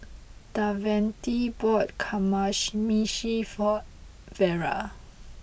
Davante bought Kamameshi for Elvera